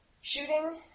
shooting